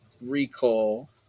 recall